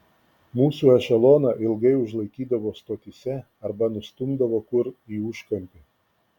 mūsų ešeloną ilgai užlaikydavo stotyse arba nustumdavo kur į užkampį